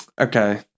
Okay